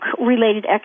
related